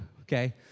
Okay